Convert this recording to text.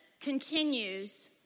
continues